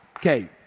Okay